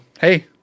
Hey